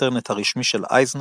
האינטרנט הרשמי של אייזנך